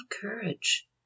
courage